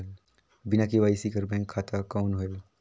बिना के.वाई.सी कर बैंक खाता कौन होएल?